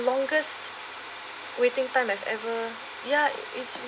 longest waiting time I've ever ya it's